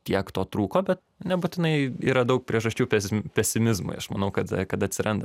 tiek to trūko bet nebūtinai yra daug priežasčių pesi pesimizmui aš manau kad kad atsiranda